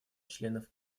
членов